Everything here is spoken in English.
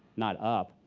not up.